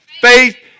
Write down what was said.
Faith